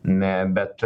ne bet